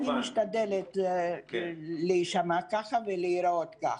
אני משתדלת להישמע כך ולהיראות כך.